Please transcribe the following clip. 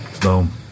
Boom